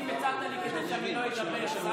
אתם לא יודעים מה הוא אומר לו.